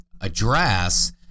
address